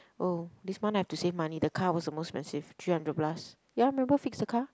oh this month I have to save money the car was the most expensive three hundred plus ya remember fix the car